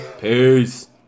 Peace